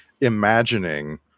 imagining